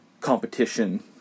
competition